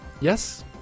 Yes